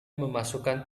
memasukkan